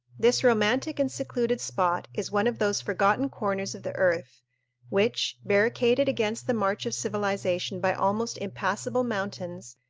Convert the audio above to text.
this romantic and secluded spot is one of those forgotten corners of the earth which, barricaded against the march of civilization by almost impassable mountains,